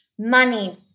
money